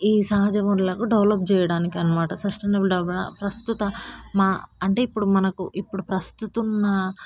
ఈ సహజ వనరులకు డెవలప్ చేయడానికి అన్నమాట సస్టైనబుల్ ప్రస్తుత మ అంటే ఇప్పుడు మనకు ఇప్పుడు ప్రస్తుతమున్న